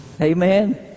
Amen